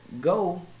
go